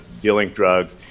dealing drugs,